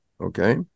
okay